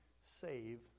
save